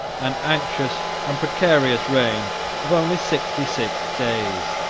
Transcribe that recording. an anxious and precarious reign of only sixty-six days.